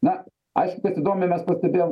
na aišku kad įdomiai mes pastebėjome